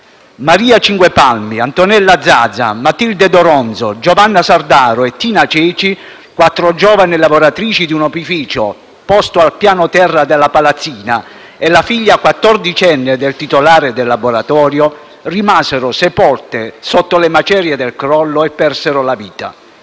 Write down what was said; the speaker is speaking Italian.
Maria Cinquepalmi, Antonella Zaza, Matilde Doronzo, Giovanna Sardaro e Tina Ceci, quattro giovani lavoratrici di un opificio posto al piano terra della palazzina, e la figlia quattordicenne del titolare del laboratorio, rimasero sepolte sotto le macerie del crollo e persero la vita.